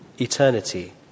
eternity